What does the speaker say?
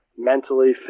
mentally